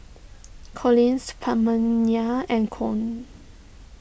Collis Pamelia and Con